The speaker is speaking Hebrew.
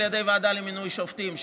על ידי ועדה למינוי שופטים,